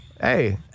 Hey